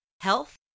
Health